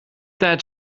that